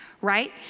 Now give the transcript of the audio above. right